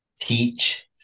teach